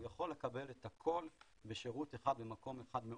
הוא יכול לקבל את הכול בשירות אחד במקום אחד,